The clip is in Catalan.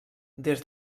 des